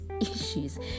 issues